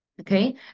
okay